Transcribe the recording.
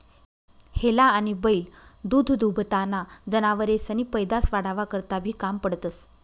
हेला आनी बैल दूधदूभताना जनावरेसनी पैदास वाढावा करता बी काम पडतंस